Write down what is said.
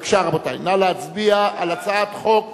רבותי, בבקשה, נא להצביע על הצעת חוק